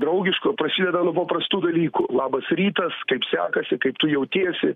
draugiško prasideda nuo paprastų dalykų labas rytas kaip sekasi kaip tu jautiesi